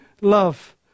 love